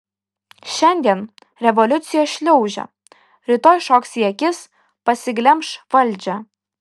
šiandien revoliucija šliaužia rytoj šoks į akis pasiglemš valdžią